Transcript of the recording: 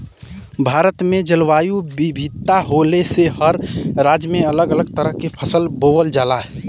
भारत में जलवायु विविधता होले से हर राज्य में अलग अलग तरह के फसल बोवल जाला